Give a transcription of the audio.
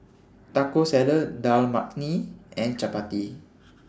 Taco Salad Dal Makhani and Chapati